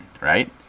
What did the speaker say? right